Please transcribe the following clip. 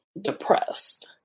depressed